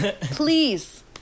Please